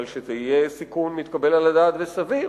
אבל שזה יהיה סיכון מתקבל על הדעת וסביר,